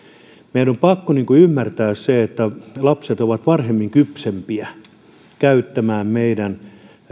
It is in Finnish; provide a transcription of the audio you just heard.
meidän on pakko ymmärtää se että lapset ovat varhemmin kypsempiä käyttämään meidän